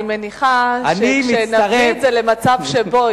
אני מניחה שכשנביא את זה למצב שבו